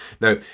Now